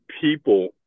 people